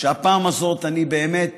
שהפעם הזאת אני באמת